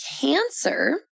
Cancer